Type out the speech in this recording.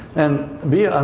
and be,